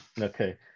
Okay